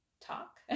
talk